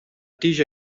tija